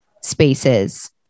spaces